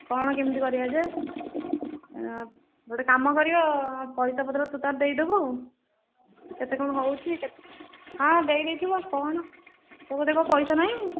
କ'ଣ କେମିତି କରିବା ଯେ ଗୋଟେ କାମ କରିବ ପଇସା ପତ୍ର ତୁ ଦେଇଦେବୁ ଆଉ କେତେ କ'ଣ ହେଉଛି ହଁ ଦେଇଦେଇଥିବୁ ଆଉ କ'ଣ ତୋ ପାଖରେ କ'ଣ ପଇସା ନାହିଁ